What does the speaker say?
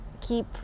keep